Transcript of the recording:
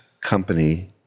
company